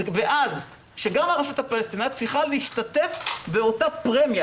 ואז גם הרשות הפלסטינאית צריכה להשתתף באותה פרמיה.